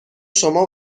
شما